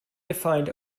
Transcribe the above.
defined